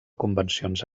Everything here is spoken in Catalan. convencions